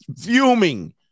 fuming